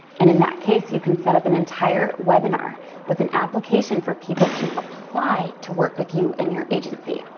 and in that case, you can set up an entire webinar with an application for people to apply to work with you and your agency.